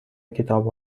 کتاب